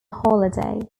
holiday